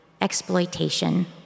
exploitation